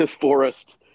forest